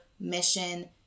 mission